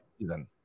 season